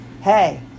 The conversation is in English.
hey